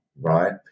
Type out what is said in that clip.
right